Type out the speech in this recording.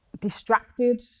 distracted